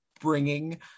bringing